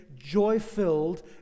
joy-filled